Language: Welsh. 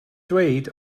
dweud